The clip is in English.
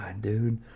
dude